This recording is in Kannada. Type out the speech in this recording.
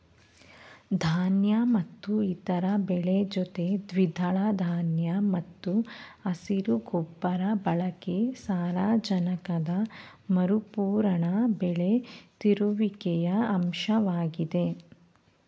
ಧಾನ್ಯ ಮತ್ತು ಇತರ ಬೆಳೆ ಜೊತೆ ದ್ವಿದಳ ಧಾನ್ಯ ಮತ್ತು ಹಸಿರು ಗೊಬ್ಬರ ಬಳಕೆ ಸಾರಜನಕದ ಮರುಪೂರಣ ಬೆಳೆ ತಿರುಗುವಿಕೆಯ ಅಂಶವಾಗಿದೆ